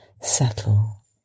settle